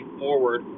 forward